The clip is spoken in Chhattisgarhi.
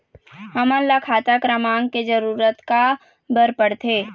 हमन ला खाता क्रमांक के जरूरत का बर पड़थे?